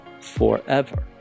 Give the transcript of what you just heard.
forever